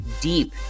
deep